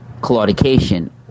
claudication